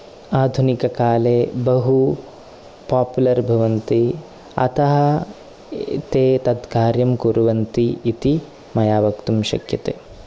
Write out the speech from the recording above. आधुनिककाले बहु पाप्पुलर् भवन्ति अतः ते तत् कार्यं कुर्वन्ति इति मया वक्तुं शक्यते